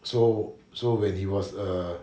so so when he was err